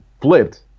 flipped